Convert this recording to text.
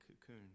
cocoon